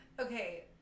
Okay